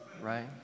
right